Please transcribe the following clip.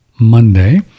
Monday